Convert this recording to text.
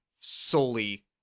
solely